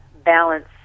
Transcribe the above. balance